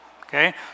Okay